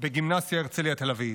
בגימנסיה הרצליה תל אביב.